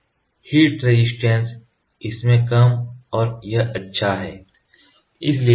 hit resistance इसमें कम और यह अच्छा है